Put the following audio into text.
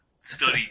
study